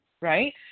right